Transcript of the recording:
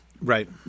right